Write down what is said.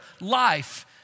life